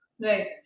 Right